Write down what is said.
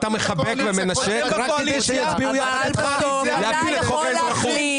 אתה מחבק ומנשק רק כדי שיצביעו יחד אתך להפיל את חוק האזרחות.